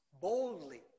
boldly